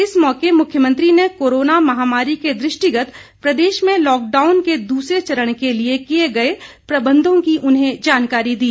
इस मौके मुख्यमंत्री ने कोरोना महामारी के दृष्टिगत प्रदेश में लॉकडाउन के दूसरे चरण के लिये किये गए प्रबंधों की उन्हें जानकारी दी